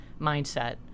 mindset